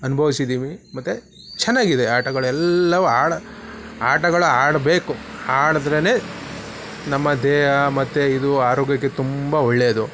ಅನುಭವಿಸಿದ್ದೀವಿ ಮತ್ತು ಚೆನ್ನಾಗಿದೆ ಆಟಗಳೆಲ್ಲವೂ ಆಡೋ ಆಟಗಳು ಆಡಬೇಕು ಆಡಿದ್ರೇನೆ ನಮ್ಮ ದೇಹ ಮತ್ತು ಇದು ಆರೋಗ್ಯಕ್ಕೆ ತುಂಬ ಒಳ್ಳೆಯದು